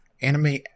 Anime